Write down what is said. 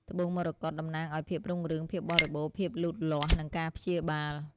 ត្បូងមរកត តំណាងឱ្យ ភាពរុងរឿង ភាពបរិបូរណ៍ ភាពលូតលាស់ និងការព្យាបាល។